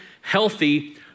healthy